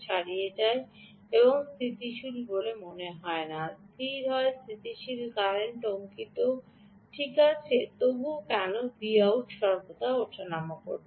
ছাড়িয়ে যায় না V¿ স্থিতিশীল বলে মনে হয় না স্থির হয় স্থিতিশীল কারেন্ট অঙ্কিতও ঠিক আছে তবুও কেন Vout সর্বদা ওঠানামা করছে